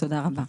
תודה רבה.